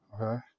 Okay